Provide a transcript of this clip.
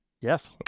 yes